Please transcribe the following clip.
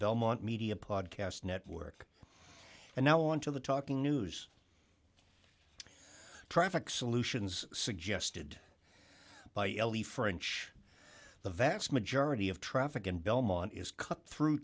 belmont media podcast network and now on to the talking news traffic solutions suggested by ellie french the vast majority of traffic in belmont is cut through